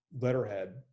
letterhead